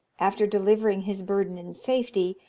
after delivering his burden in safety,